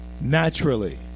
naturally